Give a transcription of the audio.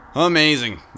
Amazing